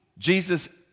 Jesus